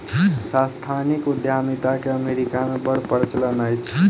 सांस्थानिक उद्यमिता के अमेरिका मे बड़ प्रचलन अछि